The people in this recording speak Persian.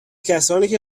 کسانیکه